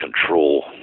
control